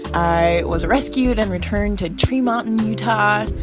i was rescued and returned to tree mountain, utah.